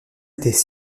étaient